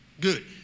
Good